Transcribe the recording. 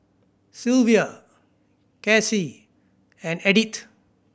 Silvia Casey and Edyth